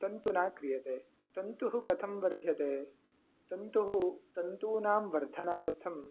तन्तुः न क्रियते तन्तुः कथं वर्ध्यते तन्तुः तन्तूनां वर्धनार्थं